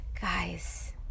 Guys